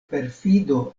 perfido